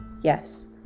Yes